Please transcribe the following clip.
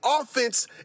offense